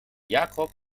jacob